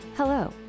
Hello